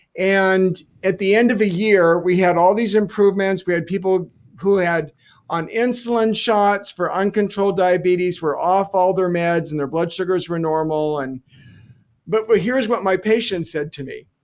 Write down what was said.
and at the end of the year, we had all these improvements. we had people who had on insulin shots for uncontrolled diabetes were off all their meds and their blood sugars were normal and but here is what my patients said to me.